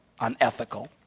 unethical